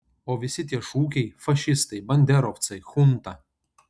o visi tie šūkiai fašistai banderovcai chunta